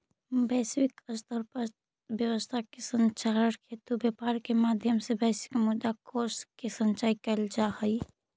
वैश्विक स्तर पर अर्थव्यवस्था के संचालन हेतु व्यापार के माध्यम से वैश्विक मुद्रा कोष के संचय कैल जा हइ